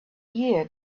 year